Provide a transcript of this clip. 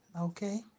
okay